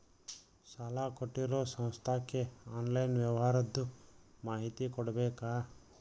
ಸಾಲಾ ಕೊಟ್ಟಿರೋ ಸಂಸ್ಥಾಕ್ಕೆ ಆನ್ಲೈನ್ ವ್ಯವಹಾರದ್ದು ಮಾಹಿತಿ ಕೊಡಬೇಕಾ?